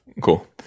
cool